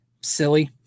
silly